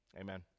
Amen